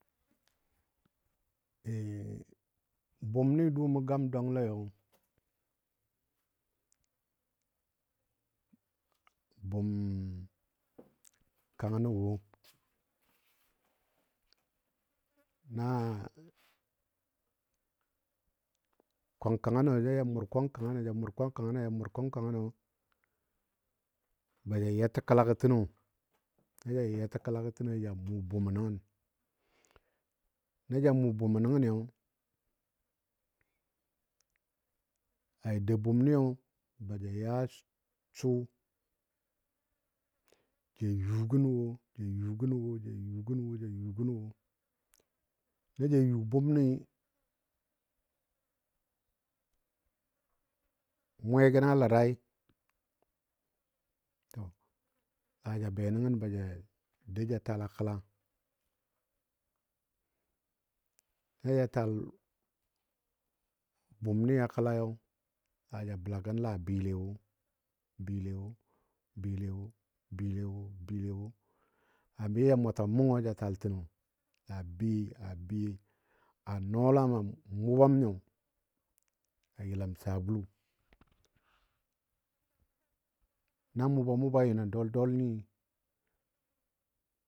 Bʊmni dʊʊmɔ gam dwangleyo, bʊm, kangənɔ wo, na kwang kangənɔ na ya mʊr kwang kangənɔ ja mʊr kwan kangənɔ ja mur kwang kangənɔ ba ja yatə kəlagɔ təgo na ja yatə kəlagɔ tənɔi ja mʊʊ bʊmo nəngən na ja mʊ bʊmo. nəngənyo la ja dou bʊmniyo baja ya sʊ, ja yugən wo ja yugən wo ja yugən wo. Na ja yu bʊm ni, mwe gəna ladai, to la ja be nəngən ba ja dou ja tal a kəla. Na ja tal bʊm ni a kəlayo la ja bəla gən la bɨɨle wo bɨɨle wo bɨɨle wo bɨɨle wo bɨɨle wo. La be ja mwata mʊngɔ ja taltəgo a bɨɨ a bɨɨ a nɔɔlam a mubam nyo a yəlam sabulu na muba mubai nyo nə dol dol nyi